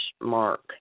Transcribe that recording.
mark